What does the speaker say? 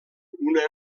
una